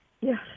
Yes